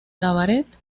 cabaret